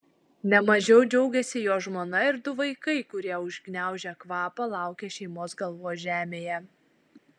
ne mažiau džiaugėsi jo žmona ir du vaikai kurie užgniaužę kvapą laukė šeimos galvos žemėje